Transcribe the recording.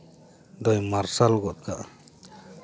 ᱫᱚᱭ ᱢᱟᱨᱥᱟᱞ ᱜᱚᱫ ᱠᱟᱜᱼᱟ